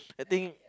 I think